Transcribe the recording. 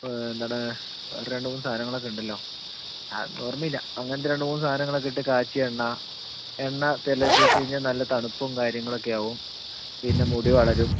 എന്താണ് വേറെ രണ്ട് മൂന്ന് സാധങ്ങളൊക്കെ ഉണ്ടല്ലോ അതൊന്നും ഓർമ്മയില്ല അങ്ങനത്തെ രണ്ട് മൂന്ന് സാധനങ്ങളൊക്കെ ഇട്ട് കാച്ചിയ എണ്ണ എണ്ണ തലയിൽ തേച്ച് കഴിഞ്ഞാൽ നല്ല തണുപ്പും കാര്യങ്ങളൊക്കെ ആവും പിന്നെ മുടി വളരും